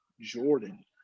Jordan